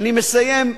אני מסיים,